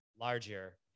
larger